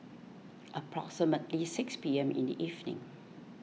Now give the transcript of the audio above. approximately six P M in the evening